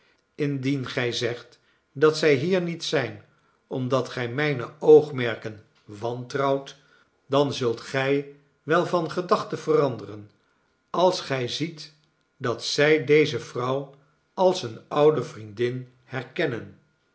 indien gij zegt dat zij hier niet zijn omdat gij mijne oogmerken wantrouwt dan zult gij wel van gedachten veranderen als gij ziet dat zij deze vrouw als eene oude vriendin